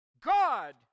God